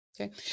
Okay